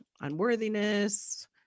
unworthiness